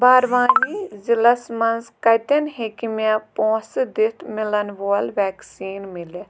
باروانی ضِلعس مَنٛز کَتٮ۪ن ہیٚکہِ مےٚ پونٛسہٕ دِتھ مِلَن وول وٮ۪کسیٖن مِلِتھ